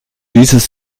dieses